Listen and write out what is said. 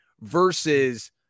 versus